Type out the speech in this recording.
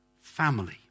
family